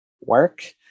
work